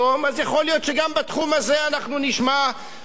אז יכול להיות שגם בתחום הזה אנחנו נשמע בני-סמכא,